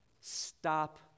Stop